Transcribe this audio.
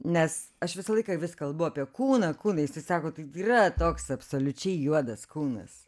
nes aš visą laiką vis kalbu apie kūną kūną jisai sako tai yra toks absoliučiai juodas kūnas